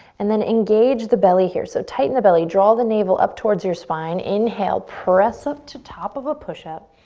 and then engage the belly here. so tighten the belly, draw the navel up towards your spine, inhale, press up to top of a push up,